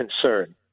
concern